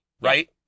Right